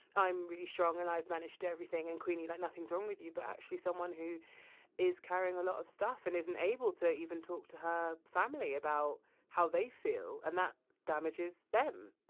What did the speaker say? i'm really strong and i've managed everything, and queenie like, nothing's wrong with you but actually, someone who is carrying a lot of stuff and isn't able to even talk to her family about how they feel. and that damages them